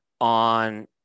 on